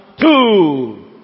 two